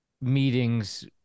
meetings